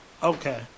Okay